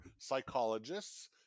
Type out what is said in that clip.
psychologists